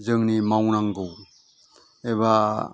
जोंनि मावनांगौ एबा